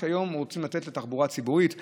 היום רוצים לתת לתחבורה הציבורית עדיפות.